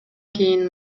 кийин